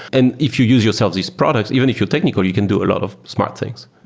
and if you use yourself these products, even if you're technical, you can do a lot of smart things.